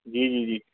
जी जी जी